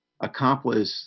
accomplish